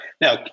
now